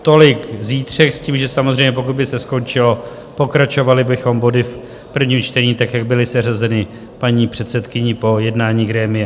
Tolik zítřek, s tím, že samozřejmě pokud by se skončilo, pokračovali bychom body v prvním čtení tak, jak byly seřazeny paní předsedkyní po jednání grémia.